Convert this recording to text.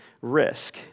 risk